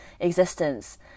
existence